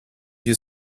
you